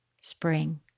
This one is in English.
spring